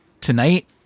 tonight